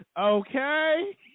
okay